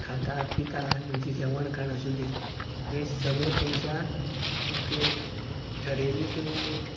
खाता पिता तेंचें जेवण खाण आसूंदी हें सगळें तेंच्या एक थरयल्ली किंवां एक